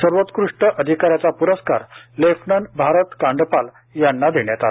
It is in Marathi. सर्वोत्कृष्ट अधिकाऱ्याचा पुरस्कार लेफ्ट्नंट भारत कांडपाल यांना देण्यात आला